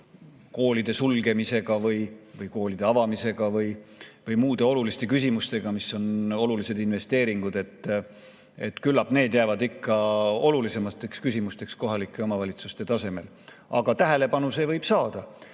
koolide sulgemisega või koolide avamisega või muude oluliste küsimustega, mis [eeldavad] olulisi investeeringuid. Küllap need jäävad ikka kõige olulisemateks küsimusteks kohalike omavalitsuste tasemel. Aga tähelepanu see